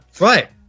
Right